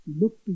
look